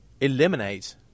eliminate